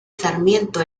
sarmiento